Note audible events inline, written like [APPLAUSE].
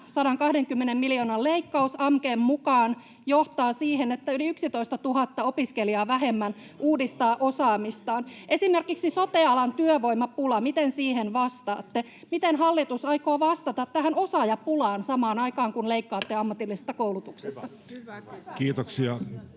120 miljoonan leikkaus AMKEn mukaan johtaa siihen, että yli 11 000 opiskelijaa vähemmän uudistaa osaamistaan. Esimerkiksi sote-alan työvoimapula, miten siihen vastaatte? Miten hallitus aikoo vastata tähän osaajapulaan samaan aikaan kun leikkaatte [NOISE] ammatillisesta koulutuksesta? Kiitoksia.